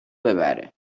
ببره